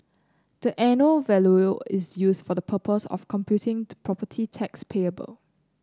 the annual value is used for the purpose of computing the property tax payable